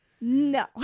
no